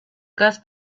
kas